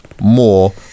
more